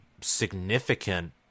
significant